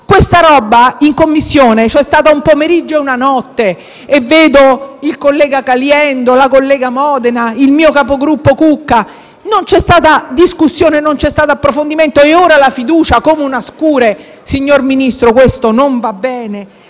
questa roba in Commissione c'è stata un pomeriggio e una notte. Vedo il collega Caliendo, la collega Modena, il mio capogruppo Cucca; non c'è stata discussione, non c'è stato approfondimento. E ora la fiducia cala come una scure; signor Ministro, questo non va bene.